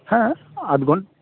হ্যাঁ আধঘণ্টা